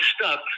stuck